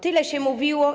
Tyle się mówiło.